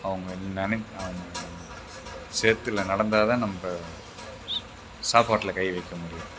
அவங்க நினைப் அவங்க சேற்றுல நடந்தால் தான் நம்ம ஸ் சாப்பாட்டில் கை வைக்க முடியும்